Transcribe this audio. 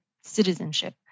citizenship